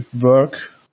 work